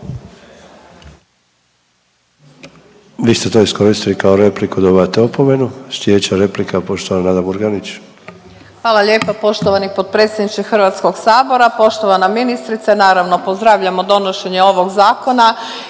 Vi ste to iskoristili kao repliku. Dobivate opomenu. Sljedeća replika, poštovana Nada Murganić. **Murganić, Nada (HDZ)** Hvala lijepa poštovani potpredsjedniče HS-a, poštovana ministrice. Naravno, pozdravljamo donošenje ovog Zakona